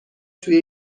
توی